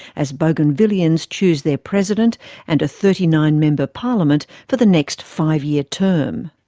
as bougainvilleans choose their president and a thirty nine member parliament for the next five-year term.